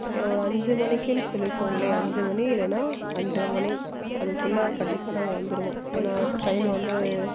ஒரு அஞ்சு மணிக்குன்னு சொல்லிக்கோங்களேன் அஞ்சு மணி இல்லைனா அஞ்சரை மணி அதுக்குள்ளே கண்டிப்பாக நாங்கள் வந்துடுவோம் ஏன்னா ட்ரெயின் வந்து